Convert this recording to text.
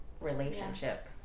relationship